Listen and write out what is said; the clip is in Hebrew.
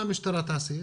מה המשטרה תעשה?